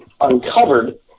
Uncovered